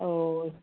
औ औ